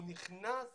הוא נכנס